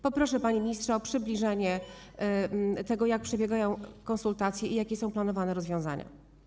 Poproszę, panie ministrze, o przybliżenie tego, jak przebiegają konsultacje i jakie są planowane rozwiązania.